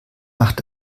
macht